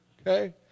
Okay